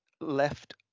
left